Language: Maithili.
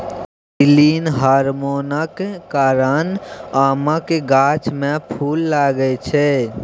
इथीलिन हार्मोनक कारणेँ आमक गाछ मे फुल लागय छै